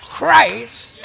Christ